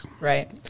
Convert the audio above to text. Right